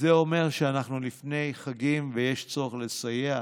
זה אומר שאנחנו לפני חגים ויש צורך לסייע